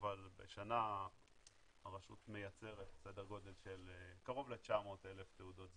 אבל בשנה הרשות מייצרת סדר גודל של קרוב ל-900,000 תעודות זהות.